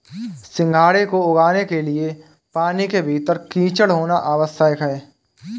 सिंघाड़े को उगाने के लिए पानी के भीतर कीचड़ होना आवश्यक है